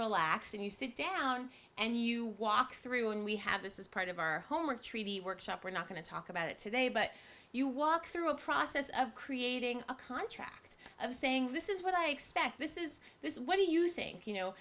relaxing you sit down and you walk through and we have this is part of our homework treaty workshop we're not going to talk about it today but you walk through a process of creating a contract of saying this is what i expect this is this what do you think you know